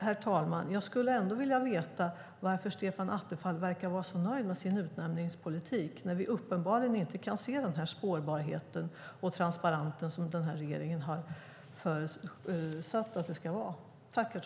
Herr talman! Jag skulle vilja veta varför Stefan Attefall verkar vara så nöjd med sin utnämningspolitik när vi uppenbarligen inte kan se den spårbarhet och transparens som regeringen har sagt ska finnas.